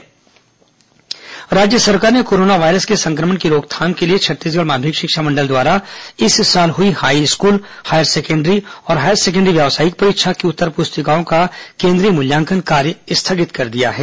corona मूल्यांकन निरस्त राज्य सरकार ने कोरोना वायरस के संक्रमण की रोकथाम के लिए छत्तीसगढ़ माध्यमिक शिक्षा मंडल द्वारा इस साल हुई हाईस्कूल हायर सेकेण्डरी और हायर सेकेण्डरी व्यावसायिक परीक्षा की उत्तर पुस्तिकाओं का केंद्रीय मूल्यांकन का कार्य स्थगित कर दिया है